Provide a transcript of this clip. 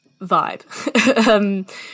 vibe